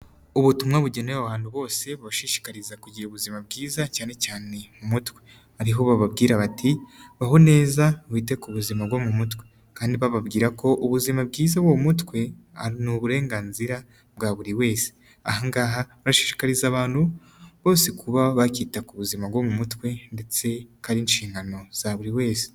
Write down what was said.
Ubutumwa bugenewe abantu bose bubashishikariza kugira ubuzima bwiza cyane cyane mu mutwe, ariho bababwira bati baho neza wite ku buzima bwo mu mutwe kandi bababwira ko ubuzima bwiza mu mutwe ni uburenganzira bwa buri wese, ahangaha bashishikariza abantu bose kuba bakwita ku buzima bwo mu mutwe ndetse kandi ari inshingano za buri wese.